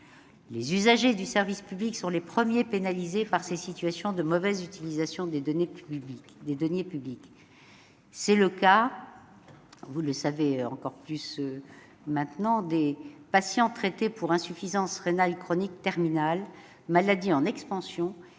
Les usagers du service public sont les premiers pénalisés par ces situations de mauvaise utilisation des deniers publics. C'est le cas des patients traités pour insuffisance rénale chronique terminale, maladie en expansion